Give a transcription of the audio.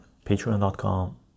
patreon.com